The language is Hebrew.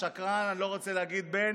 שקרן, לא רוצה להגיד בן,